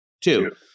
two